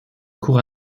court